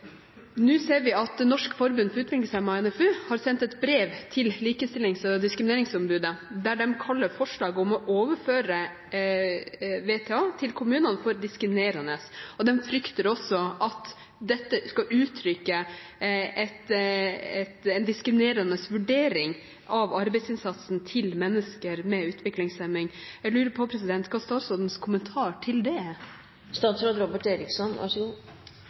Nå ser vi at Norsk Forbund for Utviklingshemmede, NFU, har sendt et brev til Likestillings- og diskrimineringsombudet der de kaller forslaget om å overføre VTA til kommunene diskriminerende. De frykter også at dette skal uttrykke en diskriminerende vurdering av arbeidsinnsatsen til mennesker med utviklingshemming. Jeg lurer på hva som er statsrådens kommentar til det.